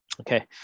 Okay